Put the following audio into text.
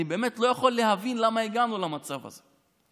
אני באמת לא יכול להבין למה הגענו למצב הזה.